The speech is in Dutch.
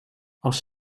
als